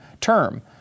term